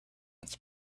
its